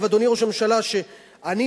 אגב,